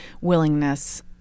willingness